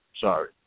Sorry